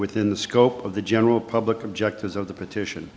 within the scope of the general public objectives of the petition